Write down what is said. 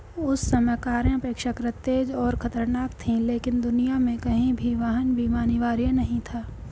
उस समय कारें अपेक्षाकृत तेज और खतरनाक थीं, लेकिन दुनिया में कहीं भी वाहन बीमा अनिवार्य नहीं था